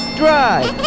drive